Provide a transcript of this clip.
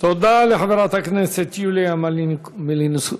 תודה לחברת הכנסת יוליה מלינובסקי.